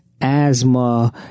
Asthma